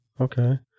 Okay